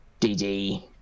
DD